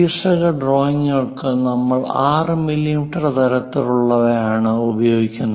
ശീർഷക ഡ്രോയിംഗുകൾക്ക് നമ്മൾ 6 മില്ലിമീറ്റർ തരത്തിലുള്ളവയാണ് ഉപയോഗിക്കുന്നത്